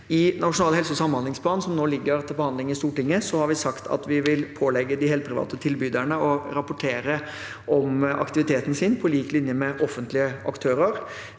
I Nasjonal helse- og samhandlingsplan, som nå ligger til behandling i Stortinget, har vi sagt at vi vil pålegge de helprivate tilbyderne å rapportere om aktiviteten sin på lik linje med offentlige aktører.